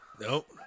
Nope